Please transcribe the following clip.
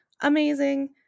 amazing